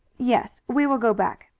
yes, we will go back.